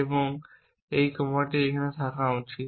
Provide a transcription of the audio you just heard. এবং এই কমাটি এটিতে থাকা উচিত